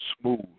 smooth